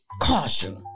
caution